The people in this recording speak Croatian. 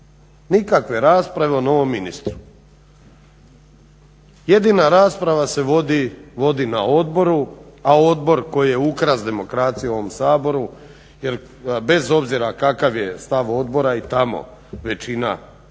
nikakve rasprave o novom ministru. Jedina rasprava se vodi na odboru, a odbor koji je ukras demokracije u ovom Saboru, jer bez obzira kakav je stav odbora i tamo većina, odnosno